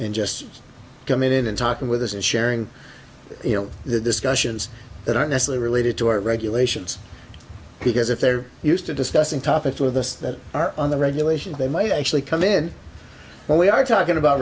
and just coming in and talking with us and sharing you know the discussions that are nestle related to our regulations because if they're used to discussing topics with us that are on the regulations they might actually come in when we are talking about